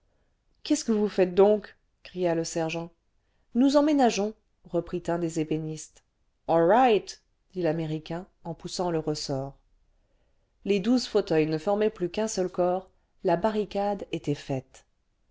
qu'est-ce que vous faites donc cria le sergent nous emménageons reprit un des ébénistes au right dit l'américain en poussant le ressort les douze fauteuils ne formaient plus qu'un seul corps la barricade était faite